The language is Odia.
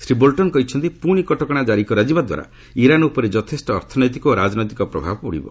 ଶ୍ରୀ ବୋଲଟନ୍ କହିଛନ୍ତି ପୁଣି କଟକଣା ଜାରି କରାଯିବା ଦ୍ୱାରା ଇରାନ୍ ଉପରେ ଯଥେଷ୍ଟ ଅର୍ଥନୈତିକ ଓ ରାଜନୈତିକ ପ୍ରଭାବ ପଡ଼ିବ